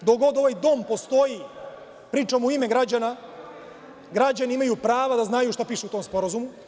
Dok god ovaj Dom postoji, pričam u ime građana, građani imaju prava da znaju šta piše u tom sporazumu.